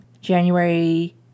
January